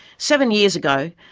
seven years ago,